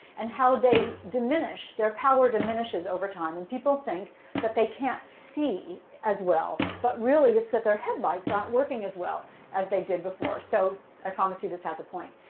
and how they diminish, their power diminishes over time. and people think that they can't see as well, but really it's that their headlights aren't working as well as they did before. so i promise you this has a point.